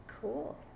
Cool